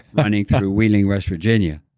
running through wheeling, west virginia.